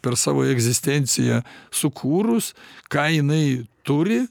per savo egzistenciją sukūrus ką jinai turi